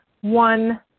one